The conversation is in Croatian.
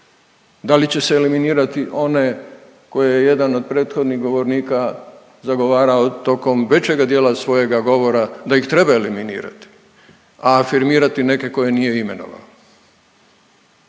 Da li će se eliminirati one koje je jedan od prethodnik govornika zagovarao tokom većega dijela svojega govora da ih treba eliminirati, a afirmirati neke koje nije imenovao.